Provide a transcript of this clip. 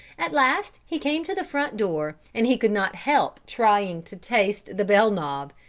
at last he came to the front door and he could not help trying to taste the bell knob,